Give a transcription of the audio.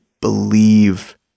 believe